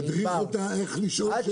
אני מדריך אותה איך לשאול שאלות.